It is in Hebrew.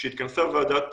כשהתכנסה ועדת